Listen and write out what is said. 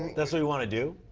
that's what you want to do?